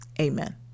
amen